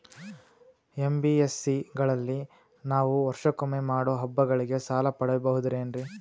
NBSC ಗಳಲ್ಲಿ ನಾವು ವರ್ಷಕೊಮ್ಮೆ ಮಾಡೋ ಹಬ್ಬಗಳಿಗೆ ಸಾಲ ಪಡೆಯಬಹುದೇನ್ರಿ?